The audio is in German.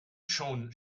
schon